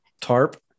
tarp